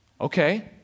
Okay